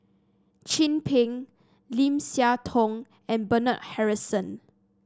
Chin Peng Lim Siah Tong and Bernard Harrison